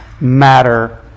matter